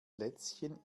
lätzchen